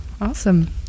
awesome